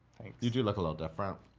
you do look a little different